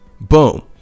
boom